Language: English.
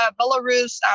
Belarus